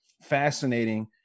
fascinating